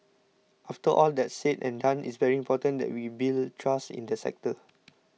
after all that's said and done it's very important that we build trust in the sector